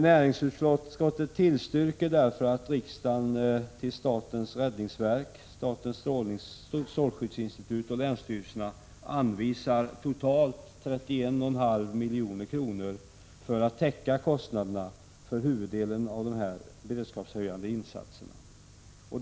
Näringsutskottet tillstyrker därför att riksdagen till statens räddningsverk, statens strålskyddsinstitut och länsstyrelserna anvisar totalt 31,5 milj.kr. för att täcka kostnaderna för huvuddelen av de beredskapshöjande insatserna.